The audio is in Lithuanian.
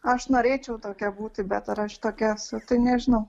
aš norėčiau tokia būti bet ar aš tokia esu nežinau